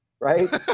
right